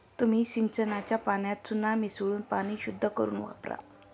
तुम्ही सिंचनाच्या पाण्यात चुना मिसळून पाणी शुद्ध करुन वापरा